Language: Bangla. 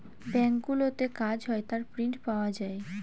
ব্যাঙ্কগুলোতে কাজ হয় তার প্রিন্ট পাওয়া যায়